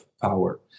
power